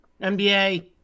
nba